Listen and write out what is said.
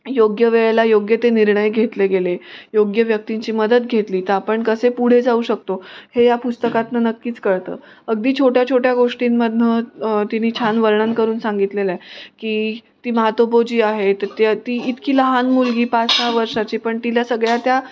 योग्य वेळेला योग्य ते निर्णय घेतले गेले योग्य व्यक्तींची मदत घेतली तर आपण कसे पुढे जाऊ शकतो हे या पुस्तकातून नक्कीच कळतं अगदी छोट्या छोट्या गोष्टींमधून तिने छान वर्णन करून सांगितलेलं आहे की ती महातोबो जी आहे त त ती इतकी लहान मुलगी पाच सहा वर्षाची पण तिला सगळ्या त्या